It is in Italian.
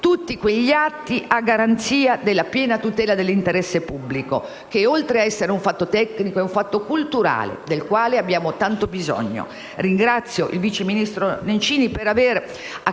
tutti quegli atti a garanzia della piena tutela dell'interesse pubblico, che, oltre a essere un fatto tecnico, è un fatto culturale, del quale abbiamo tanto bisogno. Ringrazio il vice ministro Nencini per aver accolto